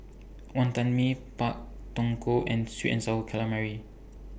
Wantan Mee Pak Thong Ko and Sweet and Sour Calamari